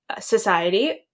society